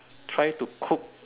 try to cook